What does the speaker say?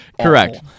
correct